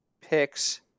picks